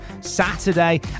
Saturday